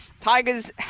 Tigers